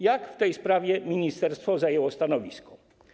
Jakie w tej sprawie ministerstwo zajęło stanowisko?